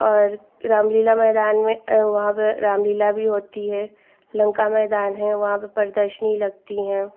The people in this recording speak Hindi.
और रामलीला मैदान में वहाँ पर रामलीला भी होती है लंका मैदान है वहाँ पर प्रदर्शनी लगती है